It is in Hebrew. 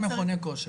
חוק מכוני כושר.